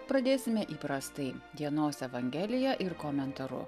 pradėsime įprastai dienos evangelija ir komentaru